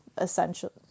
essentially